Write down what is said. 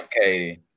Katie